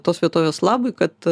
tos vietovės labui kad